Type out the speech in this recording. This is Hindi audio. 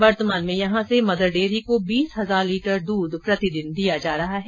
वर्तमान में यहां से मदर डेयरी को बीस हजार लीटर दूध प्रतिदिन दिया जा रहा है